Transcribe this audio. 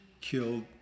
killed